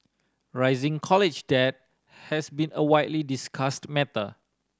rising college debt has been a widely discussed matter